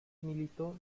militó